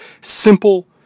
simple